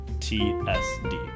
T-S-D